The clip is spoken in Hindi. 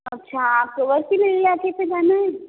अच्छा आपको बर्फीले इलाके से जाना हैं